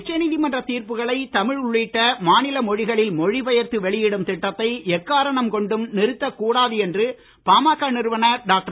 உச்சநீதிமன்றத் தீர்ப்புகளை தமிழ் உள்ளிட்ட மாநில மொழிகளில் மொழி பெயர்த்து வெளியிடும் திட்டத்தை எக்காரணம் கொண்டும் நிறுத்தக் கூடாது என்று பாமக நிறுவனர் டாக்டர்